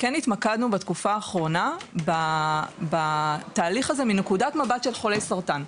בתקופה האחרונה בתהליך הזה מנקודת מבט של חולי סרטן.